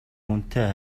хүнтэй